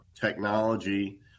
technology